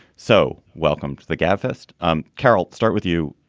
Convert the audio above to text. so welcome to the gabfest. um carol, start with you.